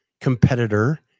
competitor